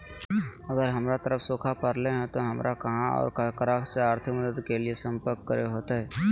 अगर हमर तरफ सुखा परले है तो, हमरा कहा और ककरा से आर्थिक मदद के लिए सम्पर्क करे होतय?